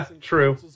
True